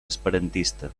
esperantista